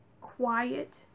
quiet